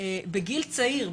בגיל צעיר,